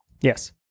Yes